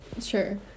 Sure